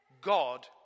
God